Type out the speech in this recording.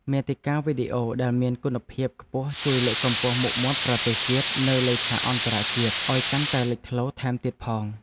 មាតិកាវីដេអូដែលមានគុណភាពខ្ពស់ជួយលើកកម្ពស់មុខមាត់ប្រទេសជាតិនៅលើឆាកអន្តរជាតិឱ្យកាន់តែលេចធ្លោថែមទៀតផង។